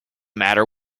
matter